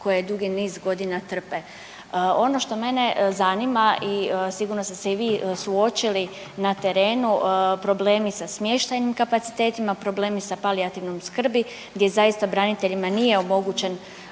koje niz godina trpe. Ono što mene zanima i sigurno ste se i vi suočili na terenu problemi sa smještajnim kapacitetima, problemi sa palijativnom skrbi gdje zaista braniteljima nije omogućen